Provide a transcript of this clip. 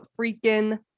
freaking